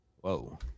whoa